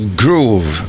groove